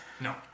No